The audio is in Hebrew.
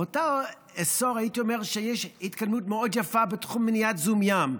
באותו עשור הייתי אומר שיש התקדמות מאוד יפה בתחום מניעת זיהום ים.